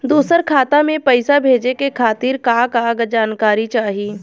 दूसर खाता में पईसा भेजे के खातिर का का जानकारी चाहि?